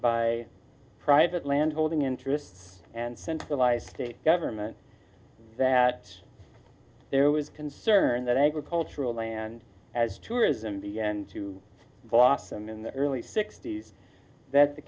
by private land holding interests and sense of life state government that there was concern that agricultural land as tourism began to blossom in the early sixty's that the